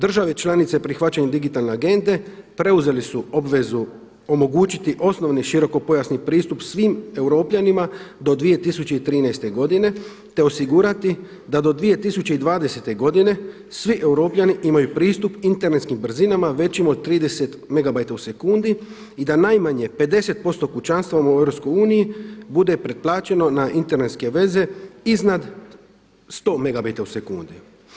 Države članice prihvaćanjem digitalne agende preuzele su obvezu omogućiti osnovni širokopojasni pristup svim Europljanima do 2013. godine te osigurati da do 2020. godine svi Europljani imaju pristup internetskim brzinama većim od 30 megabajta u sekundi i da najmanje 50% kućanstava u EU bude pretplaćeno na internetske veze iznad 100 megabajta u sekundi.